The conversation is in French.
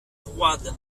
roide